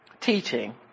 teaching